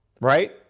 right